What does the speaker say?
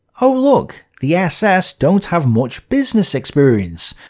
oh look, the ss don't have much business experience.